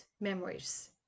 memories